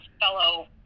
fellow